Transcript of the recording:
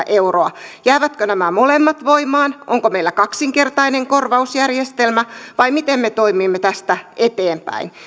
euroa jäävätkö nämä molemmat voimaan onko meillä kaksinkertainen korvausjärjestelmä vai miten me toimimme tästä eteenpäin